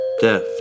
death